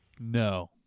No